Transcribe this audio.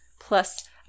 plus